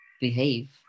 behave